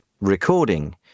recording